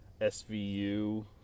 SVU